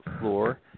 floor